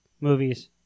movies